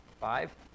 Five